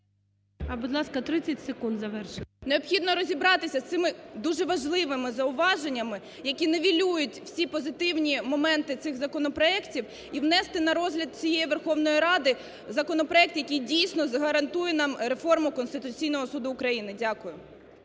Будь ласка, 30 секунд завершити. СОТНИК О.С. Необхідно розібратися з цими дуже важливими зауваженнями, які нівелюють всі позитивні моменти цих законопроектів і внести на розгляд цієї Верховної Ради законопроект, який дійсно гарантує нам реформу Конституційного Суду України. Дякую.